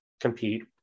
compete